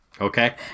Okay